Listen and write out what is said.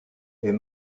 est